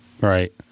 Right